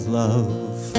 love